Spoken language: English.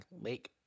lake